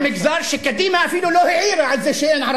על מגזר שקדימה אפילו לא העירה על זה שאין לו,